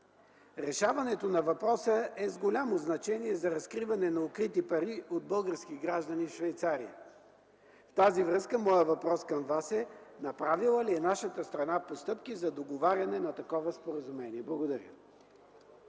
Решаването на въпроса е с голямо значение за разкриване на укрити пари от български граждани в Швейцария. В тази връзка моят въпрос към Вас е: направила ли е нашата страна постъпки за договаряне на такова споразумение? Благодаря.